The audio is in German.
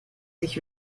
sich